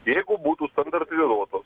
jeigu būtų standartizuotos